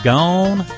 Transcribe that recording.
Gone